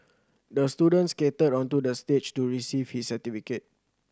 the student skated onto the stage to receive his certificate